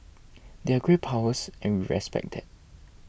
they're great powers and we respect that